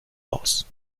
aus